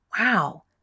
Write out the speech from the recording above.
Wow